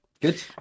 Good